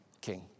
king